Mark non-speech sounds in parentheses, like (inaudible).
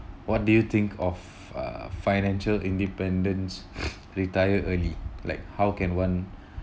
what do you think of uh financial independence (breath) retire early like how can one